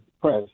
press